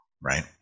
right